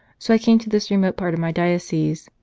so i came to this remote part of my diocese.